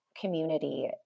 community